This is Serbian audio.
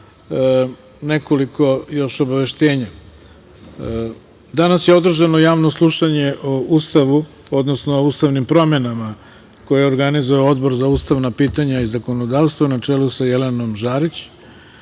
nekoliko još obaveštenja. Danas je održano Javno slušanje o ustavnim promenama koje je organizovao Odbor za ustavna pitanja i zakonodavstvo, na čelu sa Jelenom Žarić,